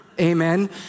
Amen